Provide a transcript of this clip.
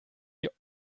wir